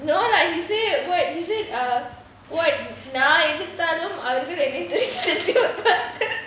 no lah he say [what] he say uh [what] நான் எதிர்த்தாலும் அவர்கள் என்னை:naan ethirthaalum avargal ennai